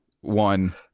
one